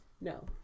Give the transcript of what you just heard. No